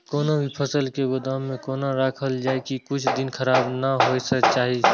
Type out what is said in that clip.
कोनो भी फसल के गोदाम में कोना राखल जाय की कुछ दिन खराब ने होय के चाही?